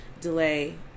delay